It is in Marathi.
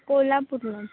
कोल्हापूरला